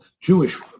Jewish